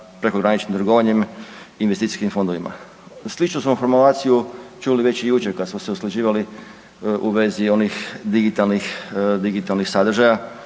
prekograničnim trgovanjem investicijskim fondovima. Sličnu smo formulaciju čuli već i jučer kad smo se usklađivali u vezi onih digitalnih sadržaja,